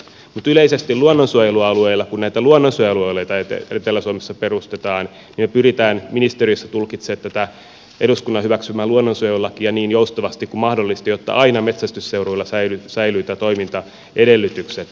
mutta yleisesti luonnonsuojelualueilla kun näitä luonnonsuojelualueita etelä suomessa perustetaan niin me pyrimme ministeriössä tulkitsemaan tätä eduskunnan hyväksymää luonnonsuojelulakia niin joustavasti kuin mahdollista jotta aina metsästysseuroilla säilyvät toimintaedellytykset